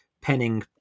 penning